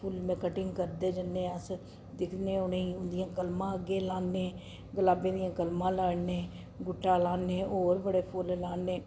फुल्लें दी कटिंग करदे जन्ने आं अस दिखने उ'नें ई उं'दियां कलमां अग्गें लान्ने गलाबें दियां कलमां लान्नें गुट्टा लान्नें होर बड़े फुल्ल अस लान्ने